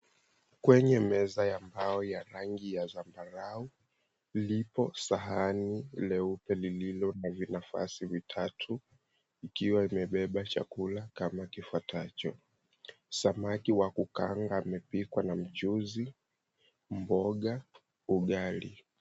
Kwenye meza ya mbao ya rangi ya zambarau, lipo sahani leupe lililo na vinafasi vitatu ikiwa imebeba chakula kama kifuatacho, samaki wa kukaanga amepikwa na mchuzi, mboga, ugali.